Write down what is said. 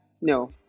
no